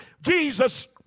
Jesus